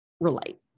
relate